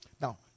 now